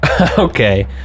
Okay